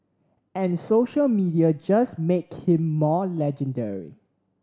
and social media just make him more legendary